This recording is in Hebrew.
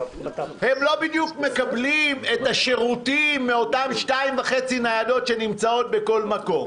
הם לא בדיוק מקבלים את השירותים מאותן 2.5 ניידות שנמצאות בכל מקום.